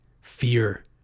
fear